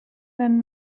send